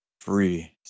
free